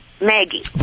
Maggie